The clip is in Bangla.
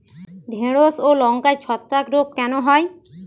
ঢ্যেড়স ও লঙ্কায় ছত্রাক রোগ কেন হয়?